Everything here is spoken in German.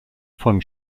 von